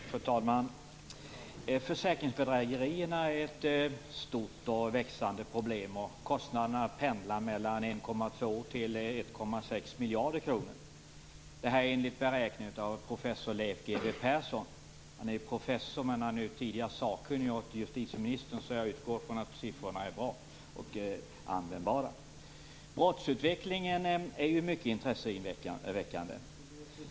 Fru talman! Försäkringsbedrägerierna är ett stort och växande problem. Kostnaderna pendlar mellan 1,2 och 1,6 miljarder kronor - detta enligt beräkningar av Leif G W Persson. Han är professor, men han var tidigare sakkunnig hos justitieministern så jag utgår ifrån att siffrorna är korrekta och användbara. Brottsutvecklingen är mycket intresseväckande.